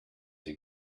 your